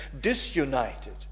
disunited